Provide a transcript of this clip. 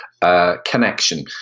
connection